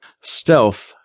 Stealth